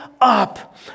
up